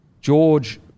George